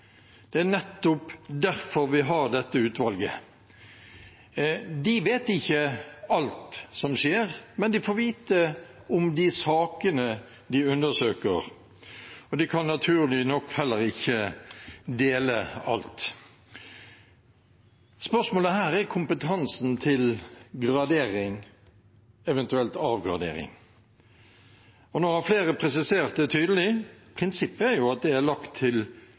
Det er nettopp derfor vi har dette utvalget. De vet ikke alt som skjer, men de får vite om de sakene de undersøker. Og de kan naturlig nok heller ikke dele alt. Spørsmålet her er kompetansen til gradering, eventuelt avgradering. Nå har flere presisert det tydelig: Prinsippet er at det er lagt til informasjonseier, i dette tilfellet tjenestene og departementet. Det er en grunn til